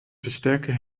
versterker